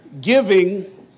Giving